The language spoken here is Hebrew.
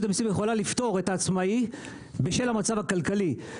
המיסים יכולה לפטור את העצמאי בשל המצב הכלכלי.